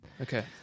Okay